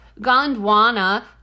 Gondwana